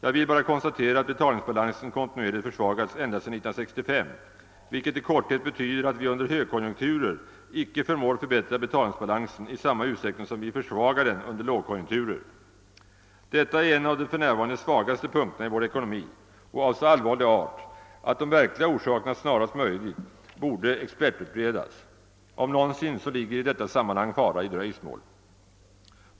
Jag vill bara konstatera att betalningsbalansen kontinuerligt försvagats ända sedan 1965, vilket i korthet betyder att vi under högkonjunkturer icke förmår förbättra betalningsbalansen i samma utsträckning som vi försvagar den under lågkonjunkturer. Detta är en av de för närvarande svagaste punkterna i vår ekonomi och en brist av så allvarlig art, att de verkliga orsakerna snarast möjligt borde expertutredas. Om någonsin så ligger i detta sammanhang fara i dröjsmål.